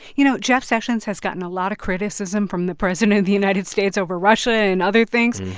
you know, jeff sessions has gotten a lot of criticism from the president of the united states over russia and other things.